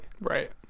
right